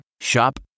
Shop